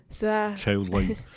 childlike